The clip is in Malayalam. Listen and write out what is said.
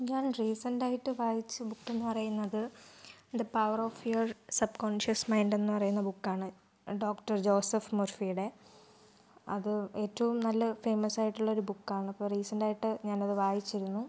ഞാൻ റീസെൻറ്റ് ആയിട്ട് വായിച്ച ബുക്കെന്ന് പറയുന്നത് the power of your subconscious mind എന്ന് പറയുന്ന ബുക്കാണ് ഡോക്ടർ ജോസഫ് മർഫിയുടെ അത് ഏറ്റവും നല്ല ഫേമസ് ആയിട്ടുള്ള ഒരു ബുക്കാണ് അപ്പോൾ റീസെൻറ്റ് ആയിട്ട് ഞാൻ അത് വായിച്ചിരുന്നു